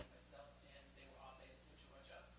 so and they were all based in georgia.